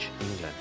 England